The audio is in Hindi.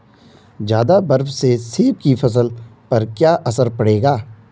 ज़्यादा बर्फ से सेब की फसल पर क्या असर पड़ेगा?